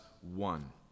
one